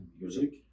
Music